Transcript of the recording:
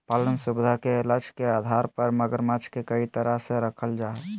पालन सुविधा के लक्ष्य के आधार पर मगरमच्छ के कई तरह से रखल जा हइ